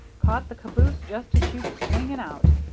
caught the caboose just as she was swinging out.